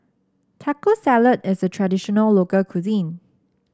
Taco Salad is a traditional local cuisine